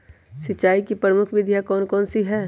सिंचाई की प्रमुख विधियां कौन कौन सी है?